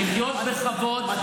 לחיות בכבוד אחרי --- זה לא נכון.